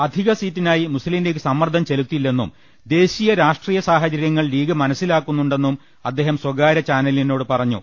അധിക സീറ്റിനായി മുസ്ലിം ലീഗ് സ മ്മർദ്ദം ചെലുത്തില്ലെന്നും ദേശീയ രാഷ്ട്രീയ സാഹചര്യങ്ങൾ ലീ ഗ് മനസിലാക്കുന്നുണ്ടെന്നും അദ്ദേഹം സ്വകാര്യ ചാനലിനോട് പറ ഞ്ഞു